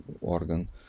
organ